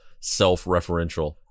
self-referential